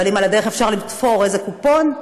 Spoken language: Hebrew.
אבל אם על הדרך אפשר לגזור איזה קופון,